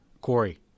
Corey